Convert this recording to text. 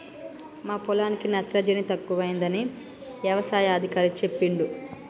మా పొలానికి నత్రజని తక్కువైందని యవసాయ అధికారి చెప్పిండు